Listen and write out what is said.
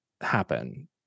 happen